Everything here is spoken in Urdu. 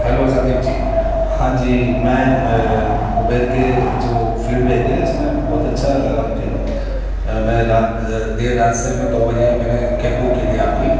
ہلو سندیپ جی ہاں جی میں ابیر کے جو فیڈبیک ہے اس میں بہت اچھا لگا مجھے میں رات دیر رات سے دو بجے میں نے کیب بک کی تھی آپ کی